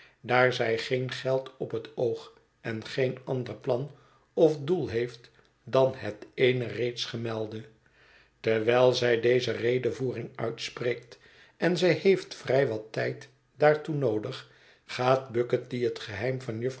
daar zij geen geld op het oog en geen ander plan of doel heeft dan het ééne reeds gemelde terwijl zij deze redevoering uitspreekt en zij heeft vrij wat tijd daartoe noodig gaat bucket die het geheim van